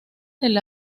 del